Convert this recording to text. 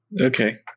Okay